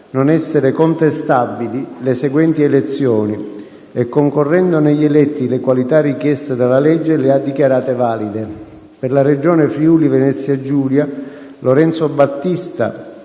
non essere contestabili le seguenti elezioni e, concorrendo negli eletti le qualità richieste dalla legge, le ha dichiarate valide: per la Regione Friuli-Venezia Giulia: Lorenzo Battista,